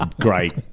great